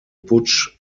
putsch